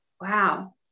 Wow